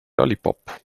lollipop